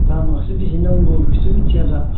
दामाखौसो बेसे नांगौ बेखौसो मिनथिया दा